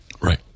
right